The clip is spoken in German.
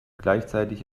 gleichzeitig